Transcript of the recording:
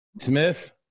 Smith